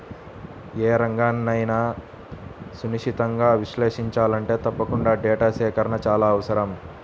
ఏ రంగన్నైనా సునిశితంగా విశ్లేషించాలంటే తప్పకుండా డేటా సేకరణ చాలా అవసరం